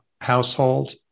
household